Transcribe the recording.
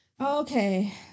Okay